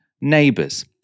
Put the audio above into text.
neighbours